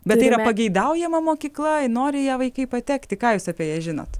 bet tai yra pageidaujama mokykla nori į ją vaikai patekti ką jūs apie ją žinot